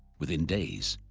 within days,